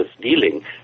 dealing